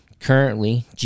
Currently